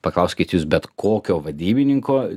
paklauskit jus bet kokio vadybininko